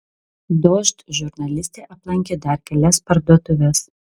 dožd žurnalistė aplankė dar kelias parduotuves